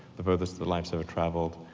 the furthest that life's ever traveled,